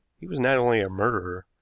he was not only a murderer,